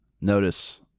Notice